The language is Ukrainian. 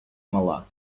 мала